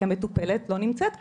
כי המטופלת לא נמצאת כאן,